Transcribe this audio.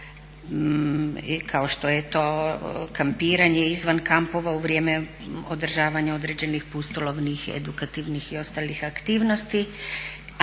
kao što je to kampiranje izvan kampova u vrijeme održavanja određenih pustolovnih, edukativnih i ostalih aktivnosti